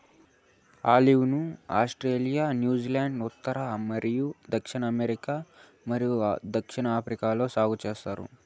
olive ను Australia, New Zealand, ఉత్తర మరియు దక్షిణ అమెరికా మరియు దక్షిణాఫ్రికాలో సాగు చేస్తారు